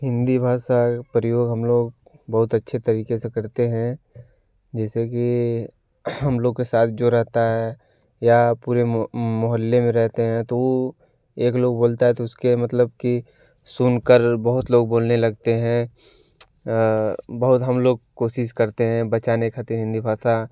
हिंदी भाषा प्रयोग हम लोग बहुत अच्छे तरीके से करते है जैसे कि हम लोग के साथ जो रहता है या पूरे मोहल्ले में रहते तो वो एक लोग बोलता है तो उसके मतलब कि सुनकर बहुत लोग बोलने लगते हैं बहुत हम लोग कोशिश करते है बचाने खातिर हिंदी भाषा